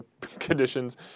conditions